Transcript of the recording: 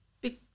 big